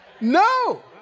no